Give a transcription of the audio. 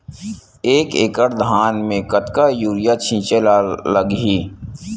एक एकड़ धान में कतका यूरिया छिंचे ला लगही?